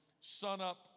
sunup